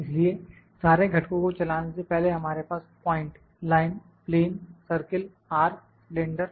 इसलिए सारे घटकों को चलाने से पहले हमारे पास point line plane circle arc cylinder